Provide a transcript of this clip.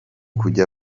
kujya